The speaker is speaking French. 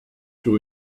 sur